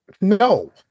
No